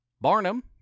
Barnum